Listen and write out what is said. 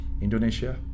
Indonesia